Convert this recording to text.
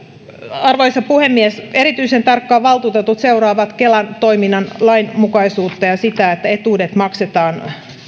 arvoisa puhemies erityisen tarkkaan valtuutetut seuraavat kelan toiminnan lainmukaisuutta ja sitä että etuudet maksetaan